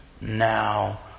now